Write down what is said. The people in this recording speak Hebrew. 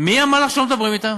אז למה אתם לא מדברים אתם?